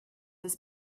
his